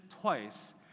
twice